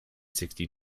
sixty